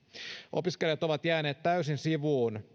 opiskelijat ovat jääneet täysin sivuun